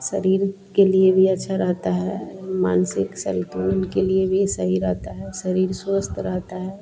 शरीर के लिए भी अच्छा रहता है मानसिक सन्तुलन के लिए भी सही रहता है और शरीर स्वस्थ रहता है